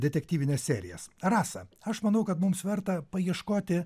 detektyvines serijas rasa aš manau kad mums verta paieškoti